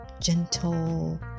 gentle